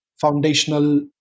foundational